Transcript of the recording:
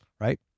right